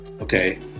okay